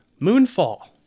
moonfall